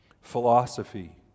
philosophy